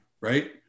Right